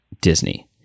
Disney